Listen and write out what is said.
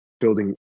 building